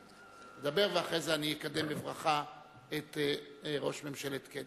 דבר, ואחרי זה אני אקדם בברכה את ראש ממשלת קניה.